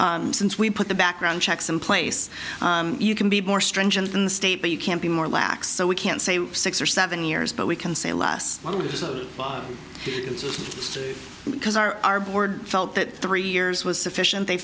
since we put the background checks in place you can be more stringent in the state but you can't be more lax so we can't say six or seven years but we can say less because our board felt that three years was sufficient they